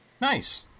Nice